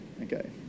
Okay